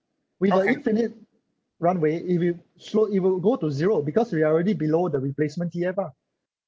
with a infinite runway if you slow it will go to zero because we are already below the replacement T_F_R